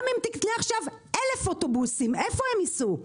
גם אם תקנה עכשיו 1,000 אוטובוסים, איפה הם ייסעו?